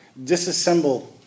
disassemble